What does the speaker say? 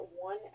one